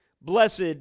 Blessed